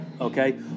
Okay